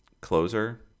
closer